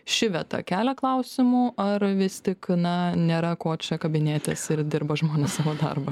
ši vieta kelia klausimų ar vis tik na nėra ko čia kabinėtis ir dirba žmonės savo darbą